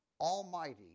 Almighty